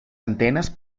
antenas